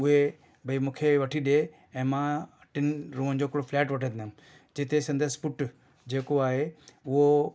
उहे भई मूंखे वठी ॾिए ऐं मां टिनि रुमनि जो हिकिड़ो फ्लैट वठंदमि जिते संदसि पुटु जेको आहे उहो